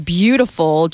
beautiful